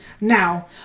Now